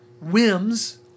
whims